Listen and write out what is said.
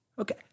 Okay